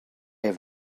have